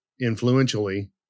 influentially